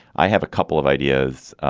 i have a couple of ideas.